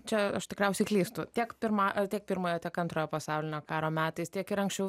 čia aš tikriausiai klystu tiek pirma tiek pirmojo tiek antrojo pasaulinio karo metais tiek ir anksčiau